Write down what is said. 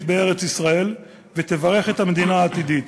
בארץ-ישראל ותברך את המדינה העתידית.